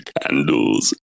candles